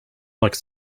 like